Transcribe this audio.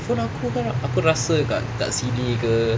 phone aku dah aku rasa kat kat sini ke